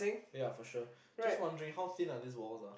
ya for sure just wondering how thin are these walls ah